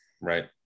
right